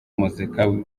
muzika